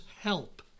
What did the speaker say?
help